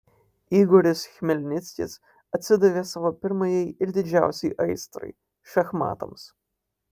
igoris chmelnickis atsidavė savo pirmajai ir didžiausiai aistrai šachmatams